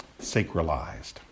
Sacralized